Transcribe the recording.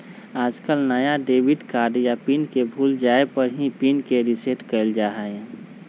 आजकल नया debit card या पिन के भूल जाये पर ही पिन के रेसेट कइल जाहई